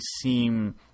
seem